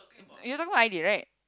you talking about Aidil right